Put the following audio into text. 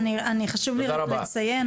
חשוב לי לציין,